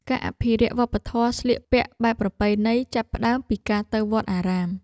ការអភិរក្សវប្បធម៌ស្លៀកពាក់បែបប្រពៃណី ចាប់ផ្តើមពីការទៅវត្តអារាម។